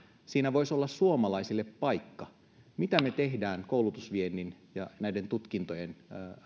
siinä voisi olla suomalaisille paikka mitä me teemme koulutusviennin ja näiden tutkintojen